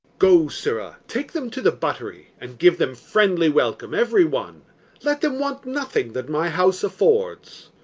go, sirrah, take them to the buttery, and give them friendly welcome every one let them want nothing that my house affords.